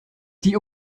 die